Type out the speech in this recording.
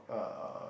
uh